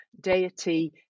deity